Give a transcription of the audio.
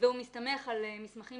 והוא מסתמך על מסמכים